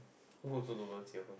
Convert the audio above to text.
who also don't know Jie-Hwen